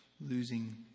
losing